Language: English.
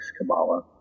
Kabbalah